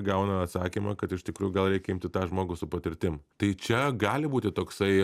gauna atsakymą kad iš tikrųjų gal reikia imti tą žmogų su patirtim tai čia gali būti toksai